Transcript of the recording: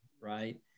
right